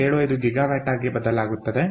75 GW ಆಗಿ ಬದಲಾಗುತ್ತದೆ